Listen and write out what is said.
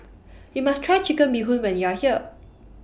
YOU must Try Chicken Bee Hoon when YOU Are here